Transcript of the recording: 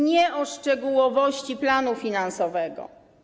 Nie o szczegółowości planu finansowego.